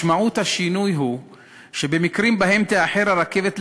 משמעות השינוי היא שבמקרים שבהם תאחר הרכבת להגיע,